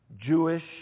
Jewish